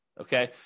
Okay